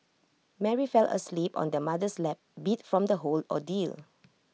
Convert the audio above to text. Mary fell asleep on their mother's lap beat from the whole ordeal